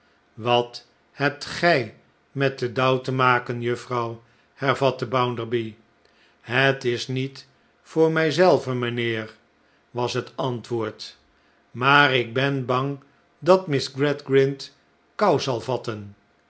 wat hebt gij met den dauw te maken juffrouw hervatte bounderby het is niet voor mij zelve mijnheer was het antwoord maar ik ben bang dat miss gradgrind kou zal vatten